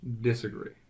disagree